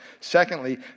Secondly